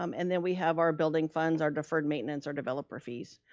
um and then we have our building funds, our deferred maintenance, our developer fees,